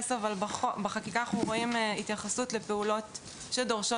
בחקיקה שם אנחנו רואים התייחסות לפעולות שדורשות